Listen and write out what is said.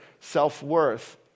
self-worth